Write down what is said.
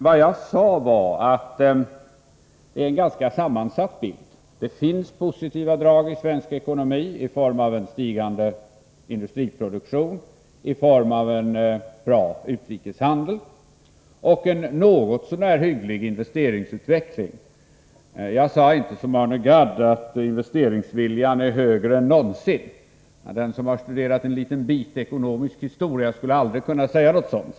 Vad jag sade var att bilden är ganska sammansatt: Det finns positiva drag i svensk ekonomi i form av en stigande industriproduktion, i form av en bra utrikeshandel och i form av en något så när hygglig investeringsutveckling. Jag sade inte som Arne Gadd att investeringsviljan är högre än någonsin — den som något har studerat ekonomisk historia skulle aldrig säga någonting sådant.